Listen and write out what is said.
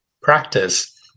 practice